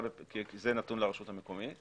כי זה נתון לרשות המקומית,